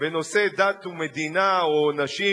בנושא דת ומדינה או נשים,